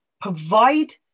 Provide